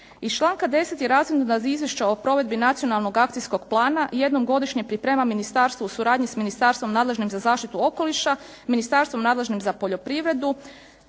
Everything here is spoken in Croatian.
Iz članka 10. je razvidno da izvješća o provedbi Nacionalnog akcijskog plana jednom godišnje priprema ministarstvo u suradnji s ministarstvom nadležnim za zaštitu okoliša, ministarstvom nadležnim za poljoprivredu,